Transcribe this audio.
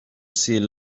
sea